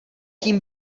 tím